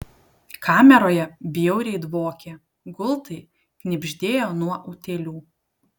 kameroje bjauriai dvokė gultai knibždėjo nuo utėlių